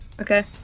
Okay